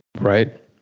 Right